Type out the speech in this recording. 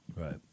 Right